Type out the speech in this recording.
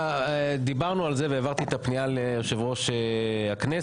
דיברנו על זה והעברתי את הפנייה ליושב-ראש הכנסת,